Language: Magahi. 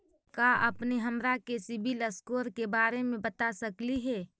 का अपने हमरा के सिबिल स्कोर के बारे मे बता सकली हे?